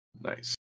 Nice